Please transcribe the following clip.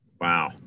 wow